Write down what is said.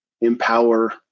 empower